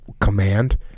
command